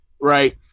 right